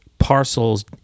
Parcels